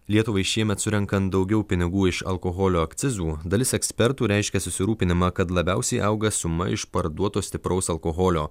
lietuvai šiemet surenkant daugiau pinigų iš alkoholio akcizų dalis ekspertų reiškia susirūpinimą kad labiausiai auga suma iš parduoto stipraus alkoholio